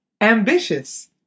Ambitious